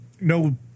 no